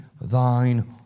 thine